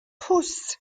puss